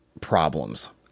problems